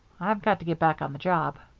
i've got to get back on the job.